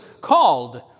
called